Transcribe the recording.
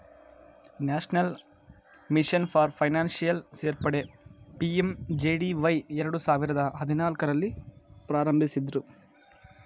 national mission for financial ಸೇರ್ಪಡೆ PMJDY ಎರಡು ಸಾವಿರದ ಹದಿನಾಲ್ಕು ರಲ್ಲಿ ಪ್ರಾರಂಭಿಸಿದ್ದ್ರು